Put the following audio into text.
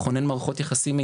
לכונן מערכות יחסים מיטיבות.